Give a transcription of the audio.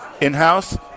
In-house